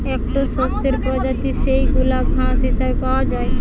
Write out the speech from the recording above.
একটো শস্যের প্রজাতি যেইগুলা ঘাস হিসেবে পাওয়া যায়